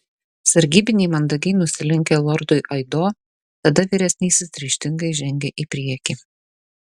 sargybiniai mandagiai nusilenkė lordui aido tada vyresnysis ryžtingai žengė į priekį